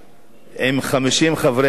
עם 50 חברי כנסת